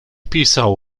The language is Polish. pisał